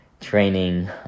training